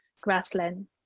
grassland